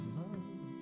love